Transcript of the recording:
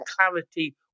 clarity